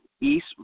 East